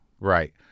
right